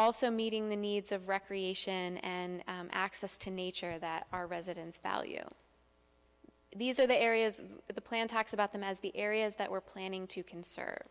also meeting the needs of recreation and access to nature that our residents value these are the areas that the plan talks about them as the areas that we're planning to conserve